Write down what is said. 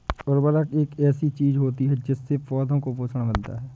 उर्वरक एक ऐसी चीज होती है जिससे पौधों को पोषण मिलता है